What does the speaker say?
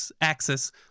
axis